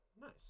nice